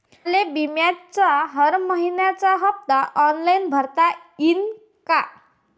मले बिम्याचा हर मइन्याचा हप्ता ऑनलाईन भरता यीन का?